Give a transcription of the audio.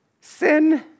Sin